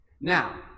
Now